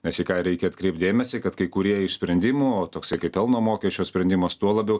nes į ką reikia atkreipt dėmesį kad kai kurie iš sprendimų o toksai kaip pelno mokesčio sprendimas tuo labiau